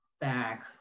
back